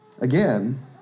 Again